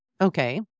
Okay